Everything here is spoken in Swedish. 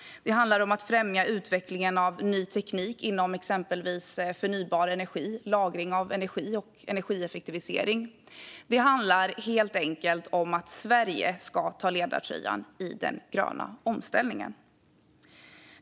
Det handlar om att främja utveckling av ny teknik inom exempelvis förnybar energi, lagring av energi och energieffektivisering. Det handlar helt enkelt om att Sverige ska ta ledartröjan i den gröna omställningen.